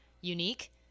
unique